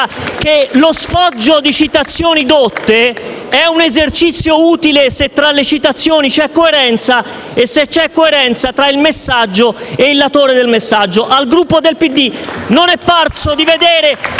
che lo sfoggio di citazioni dotte è un esercizio utile se tra le citazioni c'è coerenza e se c'è coerenza tra il messaggio e il latore del messaggio. Al Gruppo del PD non è parso di vedere